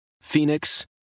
Phoenix